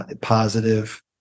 positive